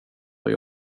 vara